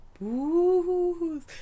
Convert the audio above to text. Booze